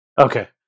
Okay